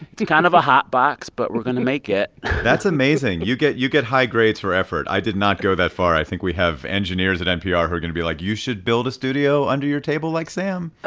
kind of a hotbox, but we're going to make it that's amazing. you get you get high grades for effort. i did not go that far. i think we have engineers at npr who are going to be like, you should build a studio under your table like sam i